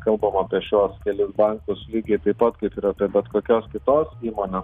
kalbam apie šiuos kelis bankus lygiai taip pat kaip ir apie bet kokios kitos įmonės